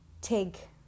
take